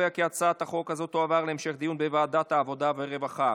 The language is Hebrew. ותועבר להמשך דיון בוועדת העבודה והרווחה.